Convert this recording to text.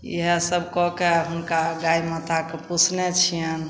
इएहसब कऽके हुनका गाइ माताके पोसने छिअनि